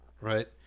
right